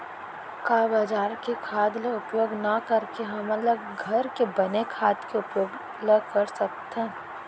का बजार के खाद ला उपयोग न करके हमन ल घर के बने खाद के उपयोग ल कर सकथन?